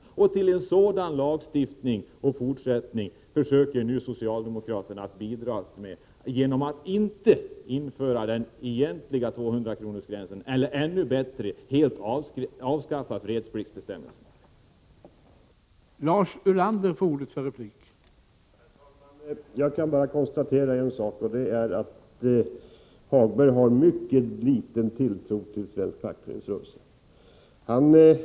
Onsdagen den Till en sådan lagstiftning och sådana fortsatta förhållanden tänker nu 7iovember 1984 socialdemokraterna bidra genom att inte införa den egentliga 200-kronors gränsen eller, ännu hellre, helt avskaffa fredspliktsbestämmelserna. Medbestämmande